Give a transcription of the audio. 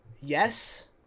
yes